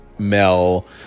mel